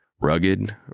Rugged